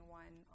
one